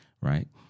right